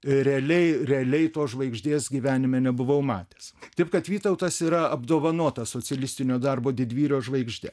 realiai realiai tos žvaigždės gyvenime nebuvau matęs taip kad vytautas yra apdovanotas socialistinio darbo didvyrio žvaigžde